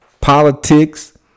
politics